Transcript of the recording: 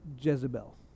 Jezebel